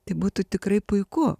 tai būtų tikrai puiku